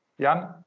Jan